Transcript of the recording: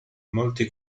molti